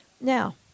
Now